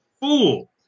fool